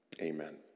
Amen